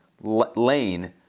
lane